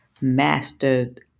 mastered